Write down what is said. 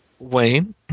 Wayne